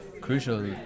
crucial